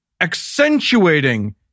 accentuating